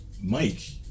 Mike